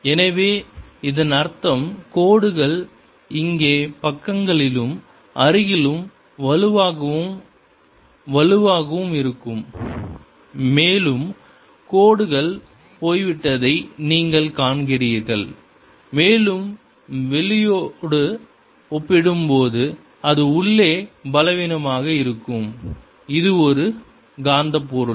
எனவே இதன் அர்த்தம் கோடுகள் இங்கே பக்கங்களிலும் அருகிலும் வலுவாகவும் வலுவாகவும் இருக்கும் மேலும் கோடுகள் போய்விட்டதை நீங்கள் காண்கிறீர்கள் மேலும் வெளியோடு ஒப்பிடும்போது அது உள்ளே பலவீனமாக இருக்கும் இது ஒரு காந்த பொருள்